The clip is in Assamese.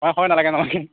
অ হয় নালাগে নালাগে